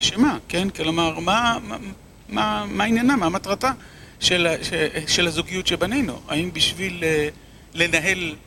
שמה, כן? כלומר, מה... מה עניינה, מה מטרתה של... של הזוגיות שבנינו? האם בשביל לנהל...